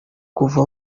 kuva